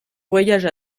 voyage